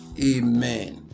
Amen